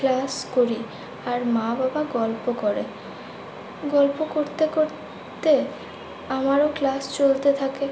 class করি আর মা বাবা গল্প করে গল্প করতে করতে আমারও ক্লাস চলতে থাকে